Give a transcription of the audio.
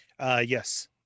Yes